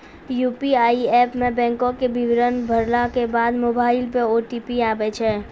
UPI app मे बैंको के विबरण भरला के बाद मोबाइल पे ओ.टी.पी आबै छै